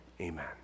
Amen